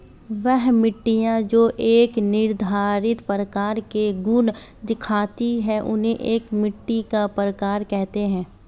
वह मिट्टियाँ जो एक निर्धारित प्रकार के गुण दिखाती है उन्हें एक मिट्टी का प्रकार कहते हैं